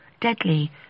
deadly